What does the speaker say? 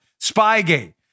Spygate